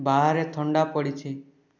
ବାହାରେ ଥଣ୍ଡା ପଡ଼ିଛି